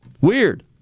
Weird